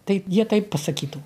tai jie taip pasakytų